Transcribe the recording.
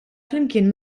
flimkien